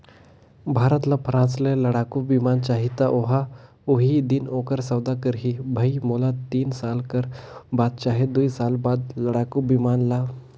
भारत ल फ्रांस ले लड़ाकु बिमान चाहीं त ओहा उहीं दिन ओखर सौदा करहीं भई मोला तीन साल कर बाद चहे दुई साल बाद लड़ाकू बिमान ल